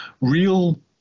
real